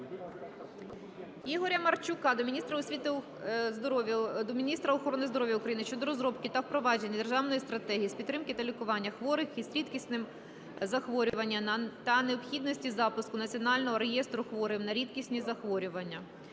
Ігоря Марчука до міністра охорони здоров'я України щодо розробки та впровадження державної стратегії з підтримки та лікування хворих із рідкісними захворюваннями та необхідності запуску Національного реєстру хворих на рідкісні захворювання.